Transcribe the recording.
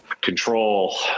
control